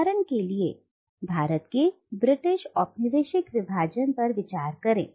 उदाहरण के लिए भारत के ब्रिटिश औपनिवेशिक विभाजन पर विचार करें